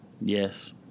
Yes